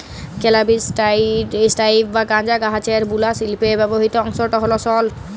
ক্যালাবিস sativa বা গাঁজা গাহাচের বুলা শিল্পে ব্যাবহিত অংশট হ্যল সল